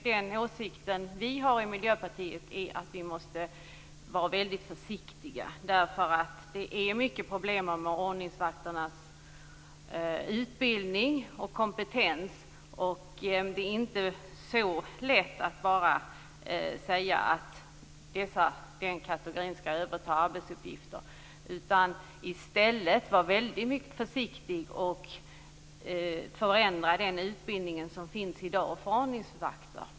Miljöpartiets åsikt är att vi måste vara väldigt försiktiga. Det är många problem med ordningsvakternas utbildning och kompetens, och det är inte så enkelt att man bara kan säga att denna kategori skall överta arbetsuppgifter. Vi skall i stället vara väldigt försiktiga och förändra den utbildning som finns i dag för ordningsvakter.